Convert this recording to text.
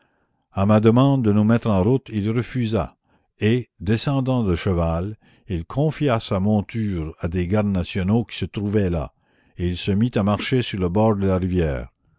a ma demande de nous mettre en route il refusa et descendant de cheval il confia sa monture à des gardes nationaux qui se trouvaient là et il se mit à marcher sur le bord de la rivière